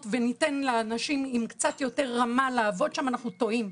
וניתן לאנשים עם קצת יותר רמה לעבוד שם - אנחנו טועים.